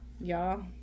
y'all